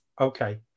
Okay